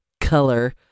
color